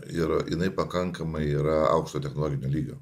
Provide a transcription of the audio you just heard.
yra jinai pakankamai yra aukšto technologinio lygio